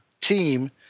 team